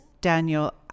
Daniel